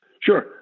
Sure